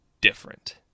different